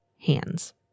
hands